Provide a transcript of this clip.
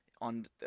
on